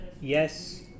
yes